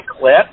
clip